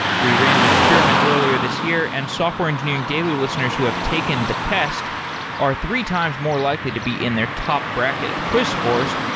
we ran an experiment earlier this year and software engineering daily listeners who have taken the test are three times more likely to be in their top bracket of quiz scores.